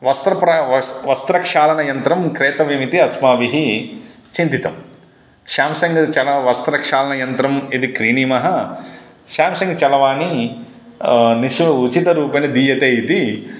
वस्त्रप्रा वस् वस्त्रक्षालनयन्त्रं क्रेतव्यमिति अस्माभिः चिन्तितं शाम्शङ्ग् चलति वस्त्रक्षालनयन्त्रं यदि क्रीणीमः शाम्शङ्ग् चरवाणी निःशुल्कम् उचितरूपेण दीयते इति